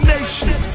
Nation